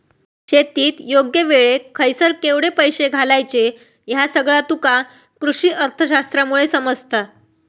शेतीत योग्य वेळेक खयसर केवढे पैशे घालायचे ह्या सगळा तुका कृषीअर्थशास्त्रामुळे समजता